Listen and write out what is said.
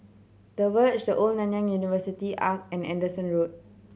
The Verge The Old Nanyang University Arch and Anderson Road